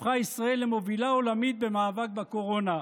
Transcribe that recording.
הפכה ישראל למובילה עולמית במאבק בקורונה".